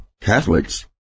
Catholics